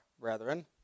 brethren